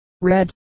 red